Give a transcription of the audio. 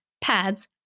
pads